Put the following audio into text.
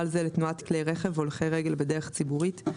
זה לתנועת כלי רכב והולכי רגל בדרך ציבורית ;